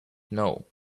know